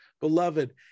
Beloved